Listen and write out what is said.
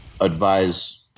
advise